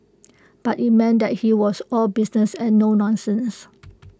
but IT meant that he was all business and no nonsense